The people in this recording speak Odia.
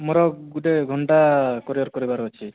ମୋର ଗୋଟେ ଘଣ୍ଟା କୋରିଅର୍ କରିବାର ଅଛି